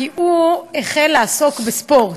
כי הוא החל לעסוק בספורט.